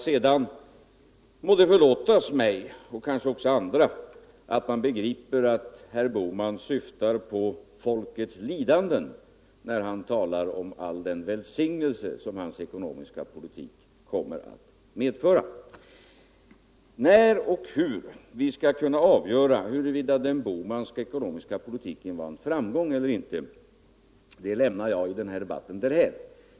Sedan må det förlåtas mig, kanske också andra, att man inte begriper att Gösta Bohman syftar på folkets lidanden när han talar om all den välsignelse som hans ekonomiska politik kommer att medföra. När och hur vi skall kunna avgöra huruvida den Bohmanska ekonomiska politiken var en framgång eller inte, lämnar jag i denna debatt därhän.